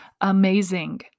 amazing